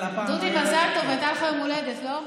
דודי, מזל טוב, היה לך יום הולדת, לא?